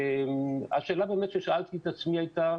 השאלה ששאלתי את עצמי הייתה